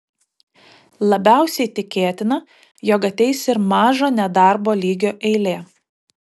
labiausiai tikėtina jog ateis ir mažo nedarbo lygio eilė